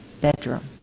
bedroom